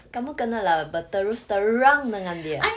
kamu kena lah berterus terang dengan dia